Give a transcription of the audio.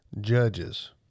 judges